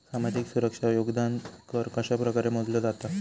सामाजिक सुरक्षा योगदान कर कशाप्रकारे मोजलो जाता